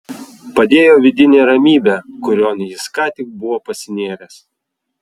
padėjo vidinė ramybė kurion jis ką tik buvo pasinėręs